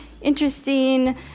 interesting